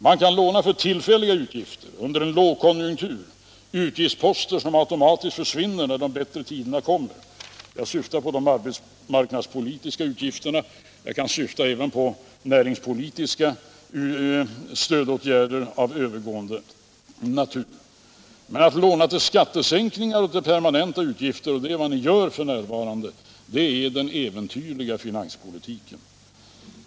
Man kan låna till tillfälliga utgifter under en lågkonjunktur, utgiftsposter som automatiskt försvinner när de bättre tiderna kommer — jag syftar på de arbetsmarknadspolitiska utgifterna, och jag kan syfta även på näringspolitiska stödåtgärder av övergående natur — men att låna till skattesänkningar och till permanenta utgifter, som ni gör f. n., är den äventyrliga finanspolitiken.